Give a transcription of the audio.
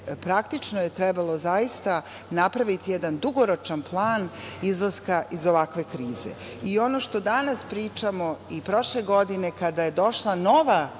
i gde je trebalo napraviti jedan dugoročan plan izlaska iz ovakve krize. Ono što danas pričamo i prošle godine, kada je došla nova